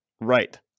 Right